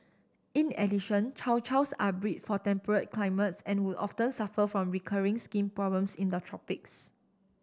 in addition Chow Chows are bred for temperate climates and would often suffer from recurring skin problems in the tropics